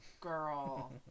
girl